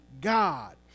God